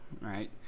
right